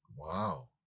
Wow